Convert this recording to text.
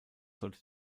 sollte